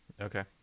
Okay